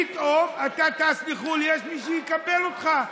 פתאום אתה טס לחו"ל, יש מי שיקבל אותך.